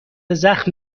زخم